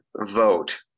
vote